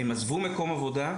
הם עזבו מקום עבודה,